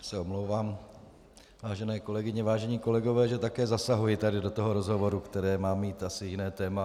Já se omlouvám, vážené kolegyně, vážení kolegové, že také zasahuji do tohoto rozhovoru, které má mít asi jiné téma.